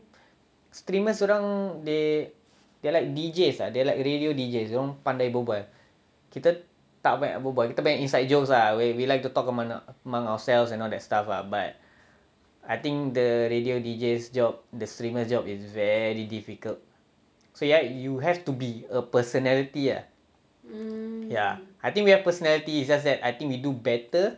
streamers orang they are like deejays they are like radio deejays dia orang pandai berbual kita tak banyak berbual kita banyak inside jokes ah where we like to talk about among ourselves and all that stuff lah but I think the radio deejays job the streamer job is very difficult so ya you have to be a personality ah ya I think we have personality is just that I think we do better